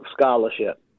scholarship